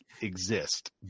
exist